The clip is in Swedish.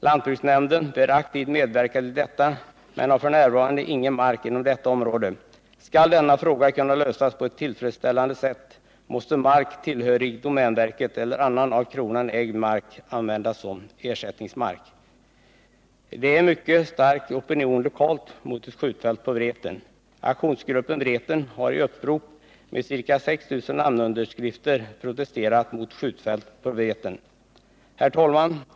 Lantbruksnämnden bör aktivt medverka till detta men har f. n. ingen mark inom området. Skall denna fråga kunna lösas på ett tillfredsställande sätt måste mark tillhörig domänverket eller annan av kronan ägd mark användas som ersättningsmark. Det är en mycket stark opinion lokalt mot ett skjutfält på Vreten. Aktionsgruppen Rädda Vreten har i upprop med ca 6 000 namnunderskrifter protesterat mot skjutfält på Vreten. Herr talman!